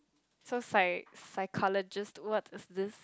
so psy~ psychologist what is this